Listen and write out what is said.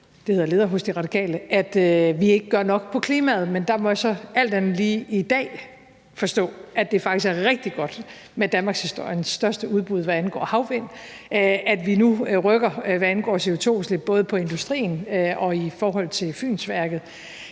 fået at vide af den radikale leder, at vi ikke gør nok på klimaområdet, men der må jeg så alt andet end lige i dag forstå, at det faktisk er rigtig godt med danmarkshistoriens største udbud, hvad angår havvindmøller, og at vi nu rykker, hvad angår CO2-udslip, både i forhold til industrien og i forhold til Fynsværket.